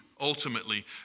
ultimately